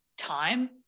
time